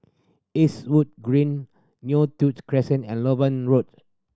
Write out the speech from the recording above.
Eastwood Green Neo Tiew Crescent and Loewen Road